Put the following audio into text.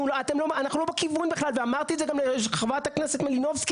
אנחנו לא בכיוון בכלל ואמרתי את זה גם לחברת הכנסת מלינובסקי,